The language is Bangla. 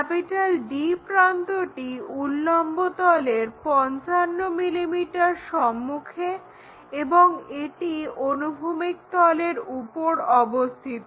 D প্রান্তটি উল্লম্বতলের 55 mm সম্মুখে এবং এটি অনুভূমিক তলের উপর অবস্থিত